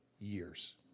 years